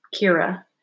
Kira